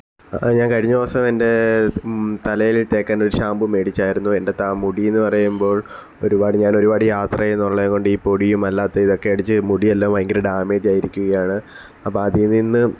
ആ ഞാൻ കഴിഞ്ഞ ദിവസം എൻ്റെ തലയിൽ തേയ്ക്കാൻ ഒരു ഷാമ്പു മേടിച്ചായിരുന്നു എൻ്റെതാ മുടീന്ന് പറയുമ്പോൾ ഒരുപാട് ഞാനൊരുപാട് യാത്ര ചെയ്യുന്നുള്ളതു കൊണ്ട് ഈ പൊടിയും അല്ലാതെ ഇതക്കെ അടിച്ച് മുടിയെല്ലാം ഭയങ്കര ഡാമേജ് ആയി ഇരിക്കുകയാണ് അപ്പം അതിൽ നിന്ന്